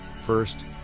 first